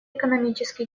экономически